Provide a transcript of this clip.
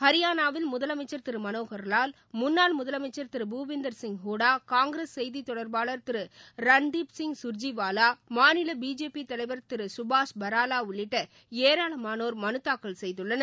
ஹரியானாவில் முதலமைச்சர் திரு மனோகாலால் முன்னாள் முதலமைச்சர் திரு புபீந்தர்சிங் ஹூடா காங்கிரஸ் செய்தி தொடர்பாளர் திரு ரந்தீப் சிங் கர்ஜிவாவா மாநில பிஜேபி தலைவர் திரு சுபாஷ் பராலா உள்ளிட்ட ஏராளமானோர் மனு தாக்கல் செய்துள்ளனர்